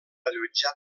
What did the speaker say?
allotjar